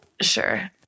Sure